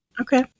Okay